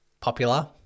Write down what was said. popular